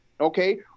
okay